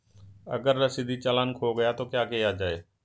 अगर रसीदी चालान खो गया तो क्या किया जाए?